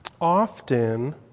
often